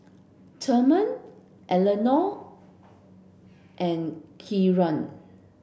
Thurman Elenora and Kieran